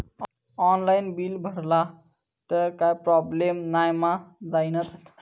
Online bill भरला तर काय प्रोब्लेम नाय मा जाईनत?